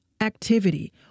activity